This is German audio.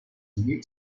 mehl